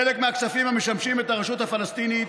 חלק מהכספים המשמשים את הרשות הפלסטינית